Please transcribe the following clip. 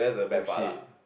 oh shit